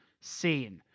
seen